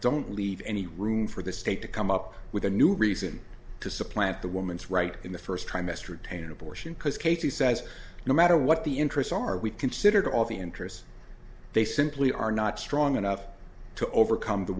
don't leave any room for the state to come up with a new reason to supplant the woman's right in the first trimester tain abortion because katie says no matter what the interest are we considered all the interests they simply are not strong enough to overcome the